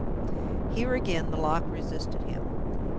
here, again, the lock resisted him.